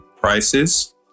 prices